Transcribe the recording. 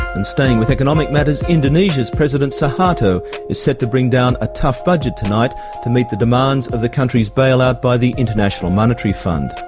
and staying with economic matters, indonesia's president suharto is set to bring down a tough budget tonight to meet the demands of the country's bailout by the international monetary fund.